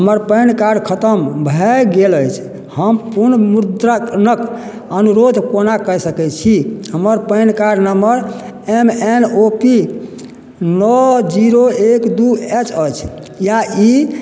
हमर PAN card खतम भए गेल अछि हम पुनमुद्रणक अनुरोध कोना कय सकैत छी हमर PAN card number M N O P नओ जीरो एक दू एच अछि या ई